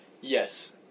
Yes